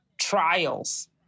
trials